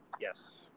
Yes